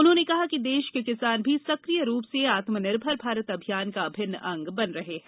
उन्होंने कहा कि देश के किसान भी सक्रिय रूप से आत्मनिर्भर भारत अभियान का अभिन्न अंग बन रहे हैं